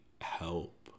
help